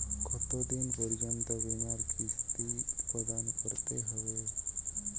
কতো দিন পর্যন্ত বিমার কিস্তি প্রদান করতে হবে?